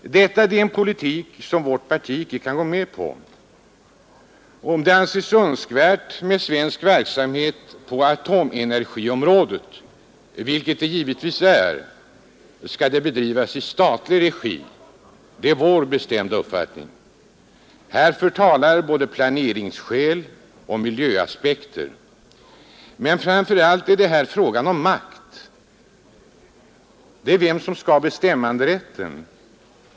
En sådan politik kan vårt parti aldrig gå med på. Om det anses önskvärt med svensk verksamhet på atomenergiområdet, vilket det givetvis är, skall den bedrivas i statlig regi — det är vår bestämda uppfattning. Härför talar både planeringsskäl och miljöaspekter, men framför allt är det här fråga om makt. Det är fråga om bestämmanderätten.